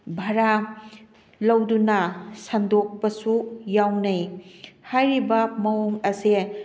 ꯕꯔꯥ ꯂꯧꯗꯨꯅ ꯁꯟꯗꯣꯛꯄꯁꯨ ꯌꯥꯎꯅꯩ ꯍꯥꯏꯔꯤꯕ ꯃꯑꯣꯡ ꯑꯁꯦ